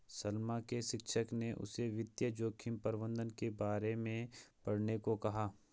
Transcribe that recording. सलमा के शिक्षक ने उसे वित्तीय जोखिम प्रबंधन के बारे में पढ़ने को कहा